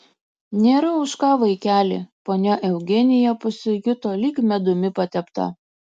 nėra už ką vaikeli ponia eugenija pasijuto lyg medumi patepta